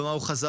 במה הוא חזק,